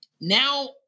Now